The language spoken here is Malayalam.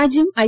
രാജ്യം ഐ